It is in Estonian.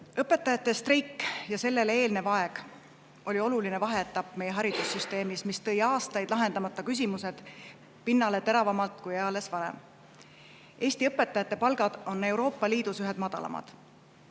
Õpetajate streik ja sellele eelnev aeg oli oluline vaheetapp meie haridussüsteemis, mis tõi aastaid lahendamata küsimused pinnale teravamalt kui eales varem. Eesti õpetajate palgad on Euroopa Liidus ühed madalamad.